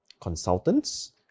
consultants